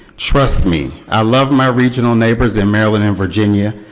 trust me. i love my regional neighbors in maryland and virginia,